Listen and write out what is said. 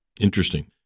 Interesting